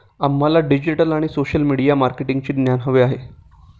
आम्हाला डिजिटल आणि social media मार्केटिंगचे ज्ञान हवे आहे